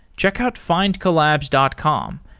check out findcollabs dot com.